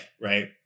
Right